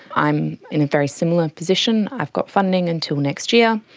i'm in a very similar position. i've got funding until next year.